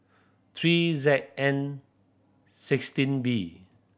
three Z N sixteen B